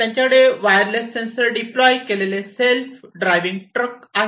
त्यांच्याकडे wireless sensor deploy केलेले self driving truck आहेत